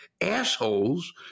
Assholes